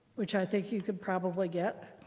which i think you could probably get,